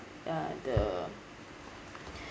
uh the